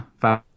five